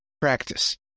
practice